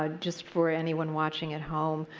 ah just for anyone watching at home,